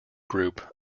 group